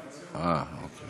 אה, אוקיי.